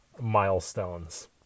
milestones